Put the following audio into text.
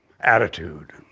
attitude